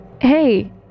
Hey